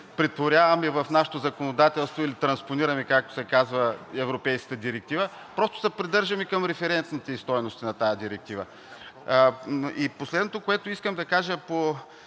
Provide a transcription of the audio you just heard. претворяваме в нашето законодателство, или транспонираме, както се казва, европейска директива. Просто се придържаме към референтните стойности на тази директива. И последното, което искам да кажа, по